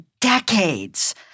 decades